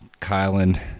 kylan